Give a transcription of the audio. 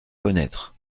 connaître